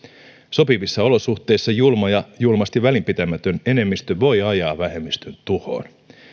sopivissa olosuhteissa julma ja julmasti välinpitämätön enemmistö voi ajaa vähemmistön tuhoon